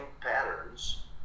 patterns